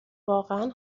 واقعا